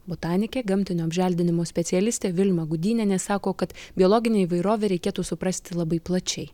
botanikė gamtinio apželdinimo specialistė vilma gudynienė sako kad biologinę įvairovę reikėtų suprasti labai plačiai